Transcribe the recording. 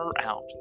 out